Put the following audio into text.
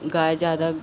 गाय ज़्यादा